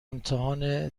امتحان